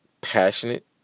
passionate